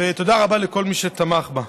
ותודה רבה לכל מי שתמך בה.